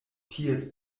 ties